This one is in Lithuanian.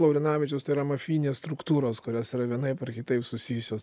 laurinavičiaus tai yra mafijinės struktūros kurios yra vienaip ar kitaip susijusios